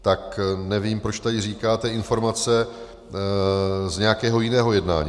Tak nevím, proč tady říkáte informace z nějakého jiného jednání.